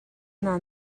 naa